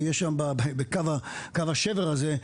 ויהיה שם קו השבר הזה,